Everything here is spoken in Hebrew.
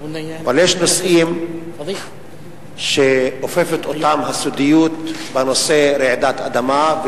אבל יש נושאים שאופפת אותם הסודיות לגבי רעידת אדמה,